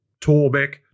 Torbeck